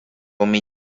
umi